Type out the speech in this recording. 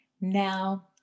Now